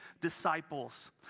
disciples